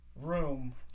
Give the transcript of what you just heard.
room